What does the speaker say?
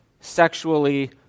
sexually